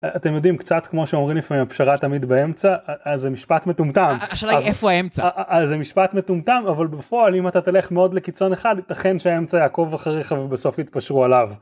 אתם יודעים, קצת כמו שאומרים לפעמים, הפשרה תמיד באמצע, אז זה משפט מטומטם. השאלה היא איפה האמצע? אה, זה משפט מטומטם, אבל בפועל, אם אתה תלך מאוד לקיצון אחד, ייתכן שהאמצע יעקוב אחריך ובסוף יתפשרו עליו.